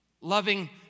Loving